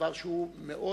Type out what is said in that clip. דבר שהוא מאוד